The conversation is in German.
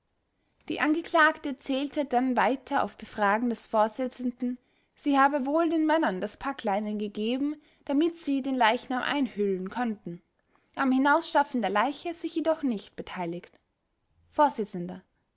die angeklagte erzählte dann weiter auf befragen des vorsitzenden sie habe wohl den männern das packleinen gegeben damit sie den leichnam einhüllen len konnten am hinausschaffen der leiche sich jedoch nicht beteiligt